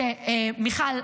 מיכל,